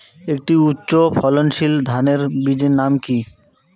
একটি উচ্চ ফলনশীল ধানের বীজের নাম কী?